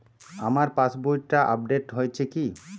আমার পাশবইটা আপডেট হয়েছে কি?